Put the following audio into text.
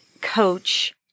coach